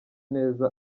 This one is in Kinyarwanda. neza